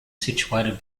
situated